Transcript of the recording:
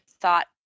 thought